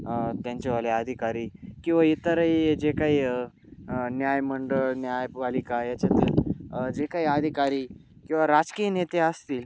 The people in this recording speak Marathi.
त्यांच्यावाले अधिकारी किंवा इतरही जे काही न्यायमंडळ न्यायपालिका याच्यात जे काही अधिकारी किंवा राजकीय नेते असतील